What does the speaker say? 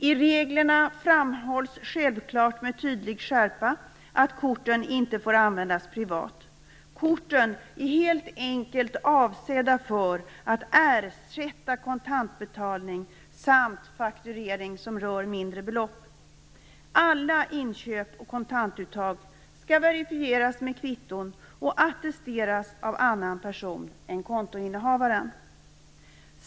I reglerna framhålls självfallet med tydlig skärpa att korten inte får användas privat. Korten är helt enkelt avsedda för att ersätta kontantinbetalning samt fakturering som rör mindre belopp. Alla inköp och kontantuttag skall verifieras med kvitton och attesteras av annan person än kontoinnehavaren.